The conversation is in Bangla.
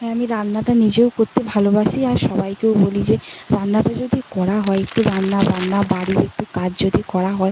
হ্যাঁ আমি রান্নাটা নিজেও করতে ভালোবাসি আর সবাইকেও বলি যে রান্নাটা যদি করা হয় একটু রান্না বান্না বাড়ির একটু কাজ যদি করা হয়